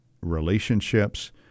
relationships